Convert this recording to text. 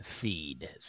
feed